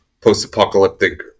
post-apocalyptic